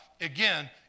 again